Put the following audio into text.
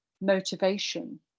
motivation